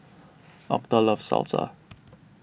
Octa loves Salsa